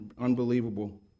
unbelievable